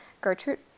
Gertrude